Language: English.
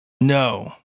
No